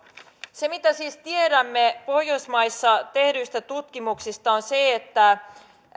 se mitä siis tiedämme pohjoismaissa tehdyistä tutkimuksista on se että